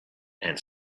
and